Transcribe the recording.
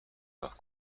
راه